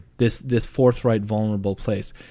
this this forthright, vulnerable place.